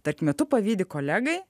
tad metu pavydi kolegai